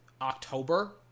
October